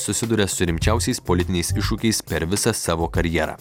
susiduria su rimčiausiais politiniais iššūkiais per visą savo karjerą